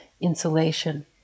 insulation